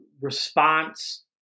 response